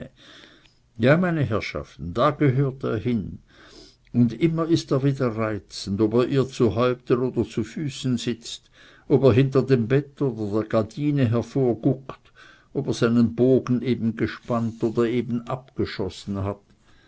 ja meine herrschaften da gehört er hin und immer ist er wieder reizend ob er ihr zu häupten oder zu füßen sitzt ob er hinter dem bett oder der gardine hervorguckt ob er seinen bogen eben gespannt oder eben abgeschossen hat